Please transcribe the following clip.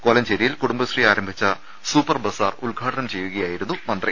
കോലഞ്ചേരിയിൽ Kudumbashree ആരംഭിച്ച super bazaar ഉദ്ഘാടനം ചെയ്യുകയായിരുന്നു മന്ത്രി